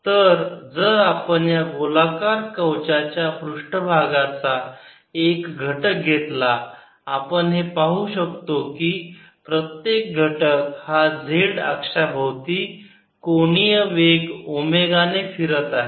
तर जर आपण या गोलाकार कवचाच्या पृष्ठभागाचा एक घटक घेतला आपण हे पाहू शकतो की प्रत्येक घटक हा z अक्षाभोवती कोणीय वेग ओमेगा ने फिरत आहे